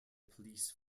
police